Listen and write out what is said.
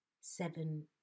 seven